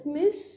miss